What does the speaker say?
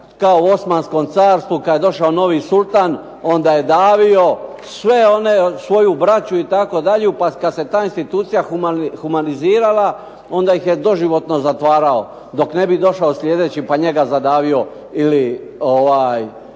kao u Osmanskom carstvu kada je došao novi sultan onda je davio svu svoju braću itd. pa kada se ta institucija humanizirala, onda ih je doživotno zatvarao, dok ne bi došao sljedeći pa njega zadavio ili